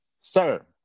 Sir